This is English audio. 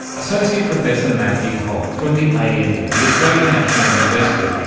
associate professor matthew hole from the ah yeah anu, the australian national university,